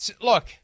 look